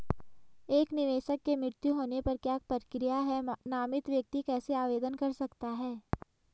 एक निवेशक के मृत्यु होने पर क्या प्रक्रिया है नामित व्यक्ति कैसे आवेदन कर सकता है?